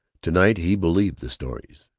to-night he believed the stories.